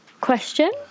question